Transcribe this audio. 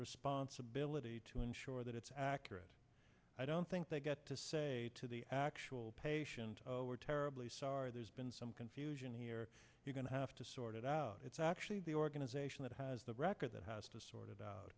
responsibility to ensure that it's accurate i don't think they get to say to the actual patient we're terribly sorry there's been some confusion here we're going to have to sort it out it's actually the organization that has the record that has to sort